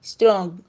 Strong